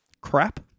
crap